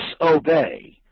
disobey